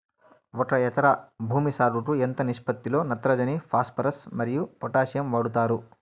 ఒక ఎకరా భూమి సాగుకు ఎంత నిష్పత్తి లో నత్రజని ఫాస్పరస్ మరియు పొటాషియం వాడుతారు